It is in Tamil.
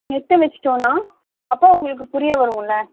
நிறுத்த வச்சிட்டோன்னா அப்போ அவங்களுக்கு புரிய வரும்ல